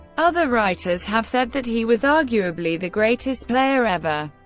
other writers have said that he was arguably the greatest player ever,